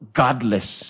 godless